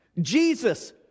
Jesus